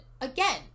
again